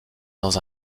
dans